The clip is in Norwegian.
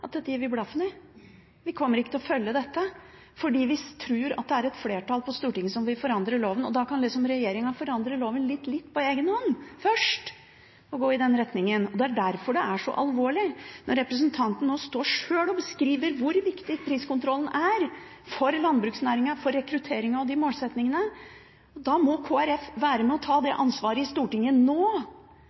at dette gir de blaffen i, de kommer ikke til å følge dette, fordi de tror at det er et flertall på Stortinget som vil forandre loven. Da kan liksom regjeringen forandre loven litt på egen hånd først og gå i den retningen. Det er derfor det er så alvorlig når representanten nå sjøl står og beskriver hvor viktig priskontrollen er for landbruksnæringen, for rekrutteringen og for de målsettingene. Da må Kristelig Folkeparti være med og ta det ansvaret i Stortinget nå.